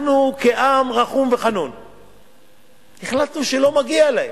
אנחנו כעם רחום וחנון החלטנו שלא מגיע להם.